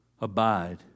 Abide